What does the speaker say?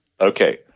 Okay